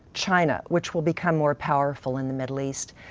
china, which will become more powerful in the middle east.